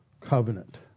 covenant